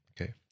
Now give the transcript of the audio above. Okay